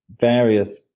various